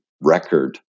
record